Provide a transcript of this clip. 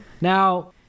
Now